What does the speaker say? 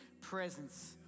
presence